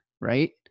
right